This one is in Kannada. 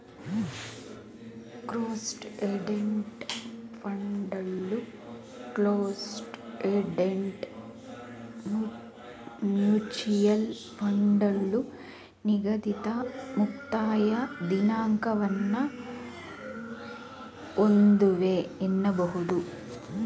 ಕ್ಲೋಸ್ಡ್ ಎಂಡೆಡ್ ಫಂಡ್ಗಳು ಕ್ಲೋಸ್ ಎಂಡೆಡ್ ಮ್ಯೂಚುವಲ್ ಫಂಡ್ಗಳು ನಿಗದಿತ ಮುಕ್ತಾಯ ದಿನಾಂಕವನ್ನ ಒಂದಿವೆ ಎನ್ನಬಹುದು